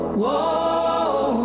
whoa